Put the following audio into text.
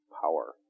power